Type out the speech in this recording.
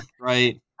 Right